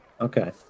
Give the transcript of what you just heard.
Okay